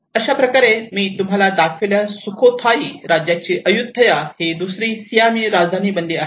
अशाप्रकारे यापूर्वी मी तुम्हाला दाखविलेल्या सुखोथाई राज्याची अय्युथय़ा ही दुसरी सियामी राजधानी बनली आहे